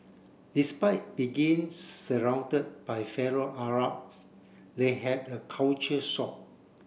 despite begin surrounded by fellow Arabs we had a culture shock